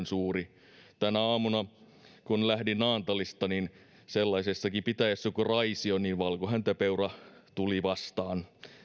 suuri tänä aamuna kun lähdin naantalista niin sellaisessakin pitäjässä kuin raisio valkohäntäpeura tuli vastaan